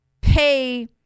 pay